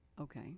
Okay